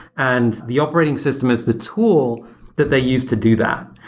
and the operating system is the tool that they use to do that.